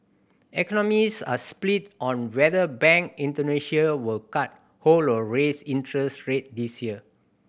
economists are split on whether Bank Indonesia will cut hold or raise interest rate this year